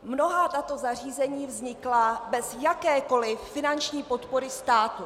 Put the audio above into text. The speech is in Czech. Mnohá tato zařízení vznikla bez jakékoliv finanční podpory státu.